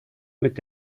mit